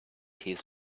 his